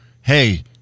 hey